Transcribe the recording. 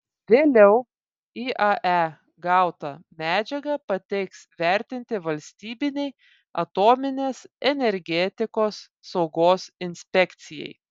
vėliau iae gautą medžiagą pateiks vertinti valstybinei atominės energetikos saugos inspekcijai